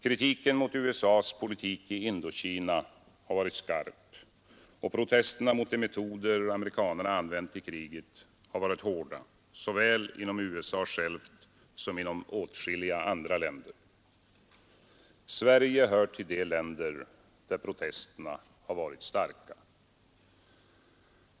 Kritiken mot USA:s politik i Indokina har varit skarp och protesterna mot de metoder amerikanerna använt i kriget har varit hårda såväl inom USA självt som inom åtskilliga andra länder. Sverige hör till de länder, där protesterna har varit starka.